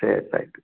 சரி thank you